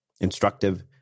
instructive